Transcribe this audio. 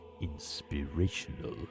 inspirational